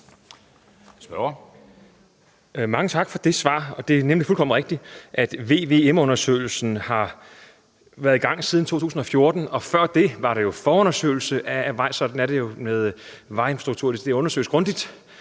Mange tak for det svar. Det er nemlig fuldkommen rigtigt, at VVM-undersøgelsen har været i gang siden 2014, og før det var der en forundersøgelse af vejene. Sådan er det jo med vejstrukturen. Det undersøges grundigt,